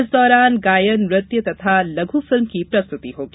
इस दौरान गायन नृत्य लघु फिल्म की प्रस्तुति होगी